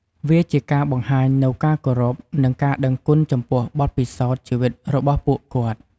វាជាការបង្ហាញនូវការគោរព និងការដឹងគុណចំពោះបទពិសោធន៍ជីវិតរបស់ពួកគាត់។